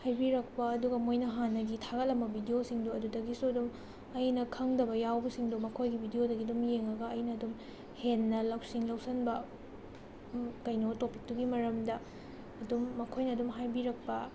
ꯍꯥꯏꯕꯤꯔꯛꯄ ꯑꯗꯨꯒ ꯃꯈꯣꯏꯅ ꯍꯥꯟꯅꯒꯤ ꯊꯥꯒꯠꯂꯝꯕ ꯕꯤꯗꯤꯑꯣꯁꯤꯡꯗꯣ ꯑꯗꯨꯗꯒꯤꯁꯨ ꯑꯗꯨꯝ ꯑꯩꯅ ꯈꯪꯗꯕ ꯌꯥꯎꯕꯁꯤꯡꯗꯣ ꯃꯈꯣꯏꯒꯤ ꯕꯤꯗꯤꯑꯣꯗꯒꯤ ꯑꯗꯨꯝ ꯌꯦꯡꯂꯒ ꯑꯩꯅ ꯑꯗꯨꯝ ꯍꯦꯟꯅ ꯂꯧꯁꯤꯡ ꯂꯧꯁꯤꯟꯕ ꯀꯩꯅꯣ ꯇꯣꯄꯤꯛꯇꯨꯒꯤ ꯃꯔꯝꯗ ꯑꯗꯨꯝ ꯃꯈꯣꯏꯅ ꯑꯗꯨꯝ ꯍꯥꯏꯕꯤꯔꯛꯄ